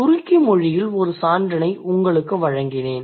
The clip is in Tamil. துருக்கி மொழியில் ஒரு சான்றினை உங்களுக்கு வழங்கினேன்